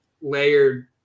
layered